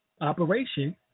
operation